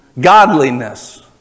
godliness